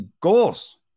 goals